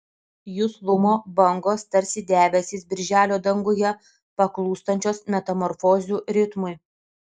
juslumo bangos tarsi debesys birželio danguje paklūstančios metamorfozių ritmui